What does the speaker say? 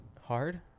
Hard